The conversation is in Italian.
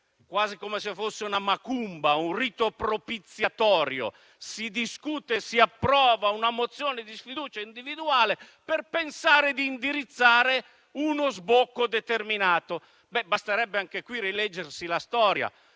quasi come se fosse una macumba, un rito propiziatorio: si discute e si approva una mozione di sfiducia individuale per pensare di indirizzare uno sbocco determinato. Basterebbe anche in questo caso rileggersi la storia.